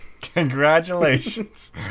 Congratulations